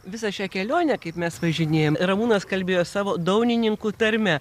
visą šią kelionę kaip mes važinėjam ramūnas kalbėjo savo daunininkų tarme